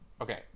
Okay